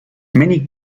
many